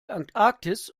antarktis